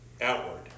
outward